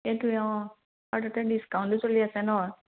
এইটোৱে অঁ আৰু তাতে ডিছকাউণ্টো চলি আছে ন